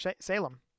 Salem